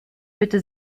bitte